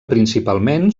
principalment